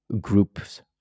groups